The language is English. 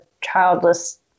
childless